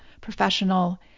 professional